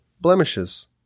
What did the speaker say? blemishes